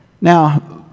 Now